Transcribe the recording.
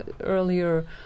earlier